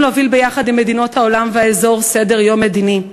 להוביל ביחד עם מדינות העולם והאזור סדר-יום מדיני,